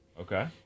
okay